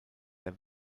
der